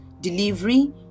delivery